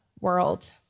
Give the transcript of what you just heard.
world